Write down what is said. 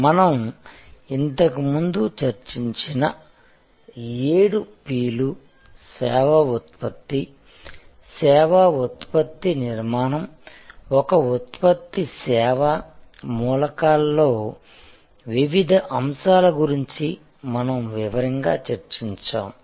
మనం ఇంతకుముందు చర్చించిన ఏడు P లు సేవా ఉత్పత్తి సేవ ఉత్పత్తి నిర్మాణం ఒక ఉత్పత్తి సేవ మూలకాల్లో వివిధ అంశాల గురించి మనం వివరంగా చర్చించాము